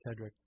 Tedrick